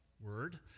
word